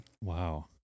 Wow